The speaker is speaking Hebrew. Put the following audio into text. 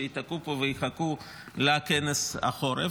שייתקעו פה ויחכו לכנס החורף.